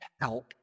help